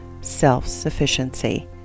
self-sufficiency